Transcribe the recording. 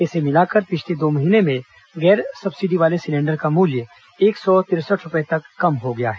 इसे मिलाकर पिछले दो महीने में गैर सब्सिडी वाले सिलेंडर का मूल्य एक सौ तिरसठ रुपए तक कम हो गया है